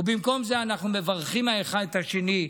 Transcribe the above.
ובמקום זה אנחנו מברכים האחד את השני.